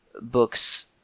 books